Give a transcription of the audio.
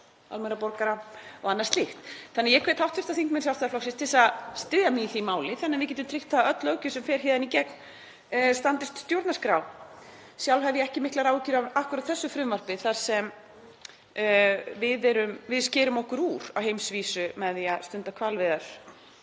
annað slíkt. Ég hvet hv. þingmenn Sjálfstæðisflokksins til að styðja mig í því máli þannig að við getum tryggt að öll löggjöf sem fer hér í gegn standist stjórnarskrá. Sjálf hef ég ekki miklar áhyggjur af akkúrat þessu frumvarpi þar sem við skerum okkur úr á heimsvísu með því að stunda hvalveiðar.